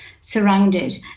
surrounded